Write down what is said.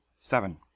Seven